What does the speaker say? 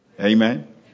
Amen